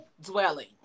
dwelling